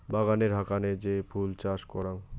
বাগানের হাকানে যে ফুল চাষ করাং